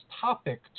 topic